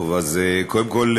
קודם כול,